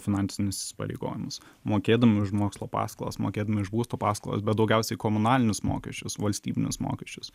finansinius įsipareigojimus mokėdami už mokslo paskolas mokėdami už būsto paskolas bet daugiausiai komunalinius mokesčius valstybinius mokesčius